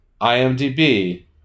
IMDb